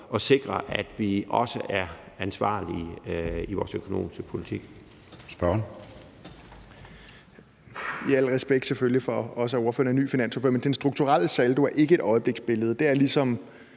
og sikre, at vi også er ansvarlige i vores økonomiske politik.